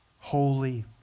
Holy